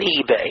eBay